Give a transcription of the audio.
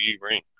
ring